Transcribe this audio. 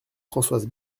françoise